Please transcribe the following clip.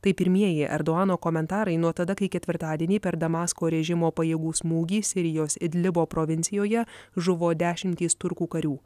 tai pirmieji erdoano komentarai nuo tada kai ketvirtadienį per damasko režimo pajėgų smūgį sirijos idlibo provincijoje žuvo dešimtys turkų karių